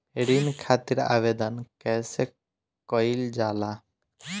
ऋण खातिर आवेदन कैसे कयील जाला?